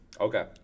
Okay